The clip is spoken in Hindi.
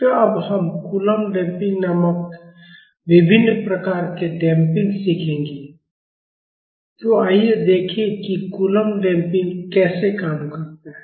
तो अब हम कूलम्ब डैम्पिंग नामक विभिन्न प्रकार के डैम्पिंग सीखेंगे तो आइए देखें कि कूलम्ब डैम्पिंग कैसे काम करता है